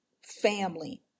family